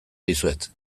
dizuet